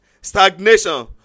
stagnation